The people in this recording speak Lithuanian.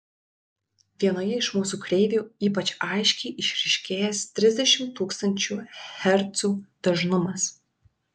vienoje iš mūsų kreivių ypač aiškiai išryškėjęs trisdešimt tūkstančių hercų dažnumas